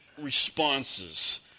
responses